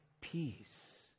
peace